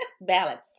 Balance